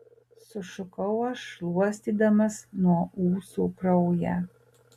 sušukau aš šluostydamas nuo ūsų kraują